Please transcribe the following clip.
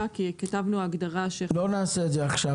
כי כתבנו הגדרה --- לא נעשה את זה עכשיו,